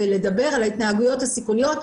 ולדבר על ההתנהגויות הסיכוניות.